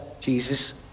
Jesus